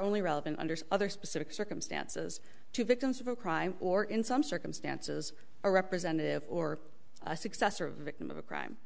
only relevant under other specific circumstances to victims of a crime or in some circumstances a representative or a success or a victim of a crime